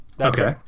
Okay